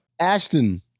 Ashton